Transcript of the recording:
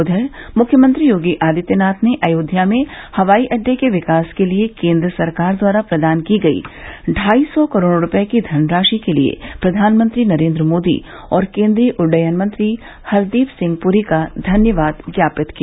उधर मुख्यमंत्री योगी आदित्यनाथ ने अयोध्या में हवाई अड़डे के विकास के लिये केन्द्र सरकार द्वारा प्रदान की गई ढाई सौ करोड़ रूपये की धनराशि के लिये प्रधानमंत्री नरेन्द्र मोदी और केन्द्रीय उड़डयन मंत्री हरदीप सिंह पूरी का धन्यवाद ज्ञापित किया